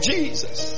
Jesus